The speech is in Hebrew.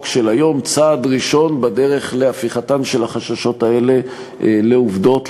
של היום צעד ראשון בדרך להפיכתם של החששות האלה לעובדות,